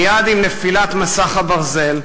מייד עם נפילת "מסך הברזל",